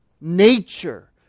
nature